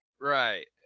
Right